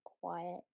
quiet